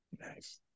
nice